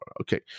Okay